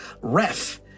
Ref